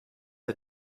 der